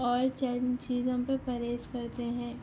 اور چند چیزوں پہ پرہیز کرتے ہیں